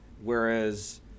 Whereas